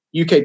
UK